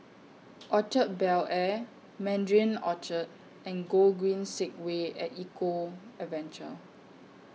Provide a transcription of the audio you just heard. Orchard Bel Air Mandarin Orchard and Gogreen Segway At Eco Adventure